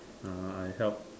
ah I help